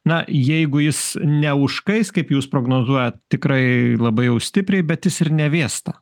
na jeigu jis neužkais kaip jūs prognozuojat tikrai labai jau stipriai bet jis ir nevėsta